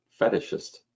fetishist